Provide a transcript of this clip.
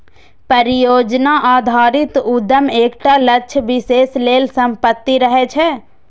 परियोजना आधारित उद्यम एकटा लक्ष्य विशेष लेल समर्पित रहै छै